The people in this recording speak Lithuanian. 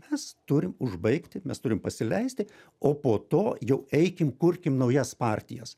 mes turim užbaigti mes turim pasileisti o po to jau eikim kurkim naujas partijas